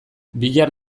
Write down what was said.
bihar